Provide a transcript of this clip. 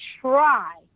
try